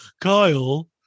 Kyle